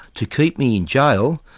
to keep me in jail,